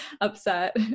upset